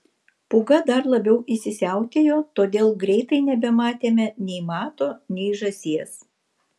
pūga dar labiau įsisiautėjo todėl greitai nebematėme nei mato nei žąsies